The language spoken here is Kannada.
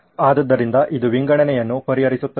ಆದ್ದರಿಂದ ಇದು ವಿಂಗಡಣೆಯನ್ನು ಪರಿಹರಿಸುತ್ತದೆ